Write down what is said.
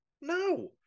No